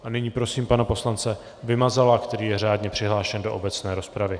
A nyní prosím pana poslance Vymazala, který je řádně přihlášen do obecné rozpravy.